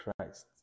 Christ